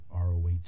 ROH